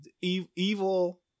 evil